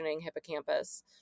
hippocampus